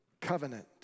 covenant